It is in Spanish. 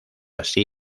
así